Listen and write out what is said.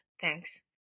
Thanks